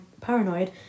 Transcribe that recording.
paranoid